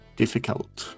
difficult